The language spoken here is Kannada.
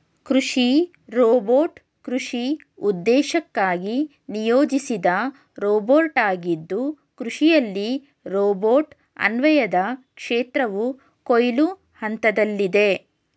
ಕೃಷಿ ರೋಬೋಟ್ ಕೃಷಿ ಉದ್ದೇಶಕ್ಕಾಗಿ ನಿಯೋಜಿಸಿದ ರೋಬೋಟಾಗಿದ್ದು ಕೃಷಿಯಲ್ಲಿ ರೋಬೋಟ್ ಅನ್ವಯದ ಕ್ಷೇತ್ರವು ಕೊಯ್ಲು ಹಂತದಲ್ಲಿದೆ